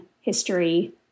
history